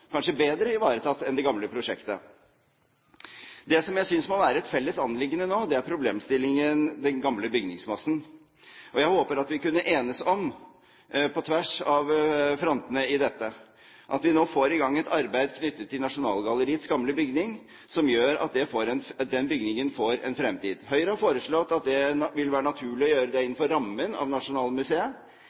kanskje bedre ivaretatt enn det gamle prosjektet. Det som jeg synes må være et felles anliggende nå, er problemstillingen knyttet til den gamle bygningsmassen. Jeg håper at vi kan enes om, på tvers av frontene i dette, nå å få i gang et arbeid knyttet til Nasjonalgalleriets gamle bygning, som gjør at den bygningen får en fremtid. Høyre har foreslått at det vil være naturlig å gjøre det innenfor rammen av Nasjonalmuseet.